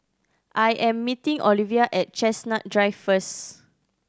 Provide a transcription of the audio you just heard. I am meeting Olivia at Chestnut Drive first